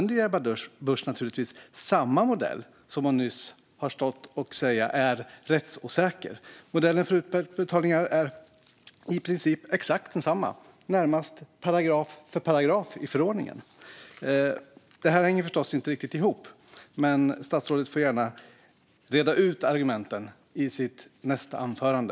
Ebba Busch använder samma modell som hon nyss kallat rättsosäker. Modellen för utbetalningar är i princip densamma, nästan paragraf för paragraf, i förordningen. Det hänger förstås inte riktigt ihop. Statsrådet får gärna reda ut argumenten i sitt nästa anförande.